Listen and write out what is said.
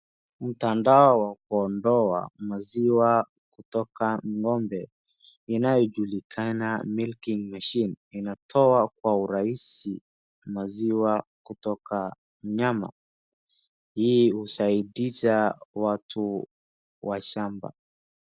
Mtandao wa kuondoa maziwa kutoka kwa ng'ombe inayojulikana kama miliking machine inatoa kwa urahisi maziwa kutoka nyama hii husaidia watu wa shamba.